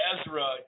Ezra